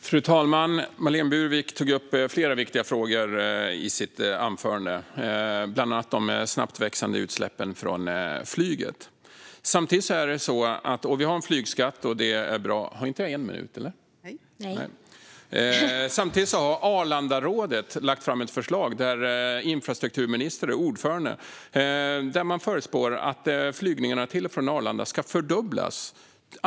Fru talman! Marlene Burwick tog upp flera viktiga frågor i sitt anförande, bland annat om de snabbt växande utsläppen från flyget. Det finns en flygskatt, och det är bra. Samtidigt har Arlandarådet, där infrastrukturministern är ordförande, lagt fram ett förslag. Man förutspår att flygningarna till och från Arlanda kommer att fördubblas.